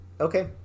okay